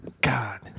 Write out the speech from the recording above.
God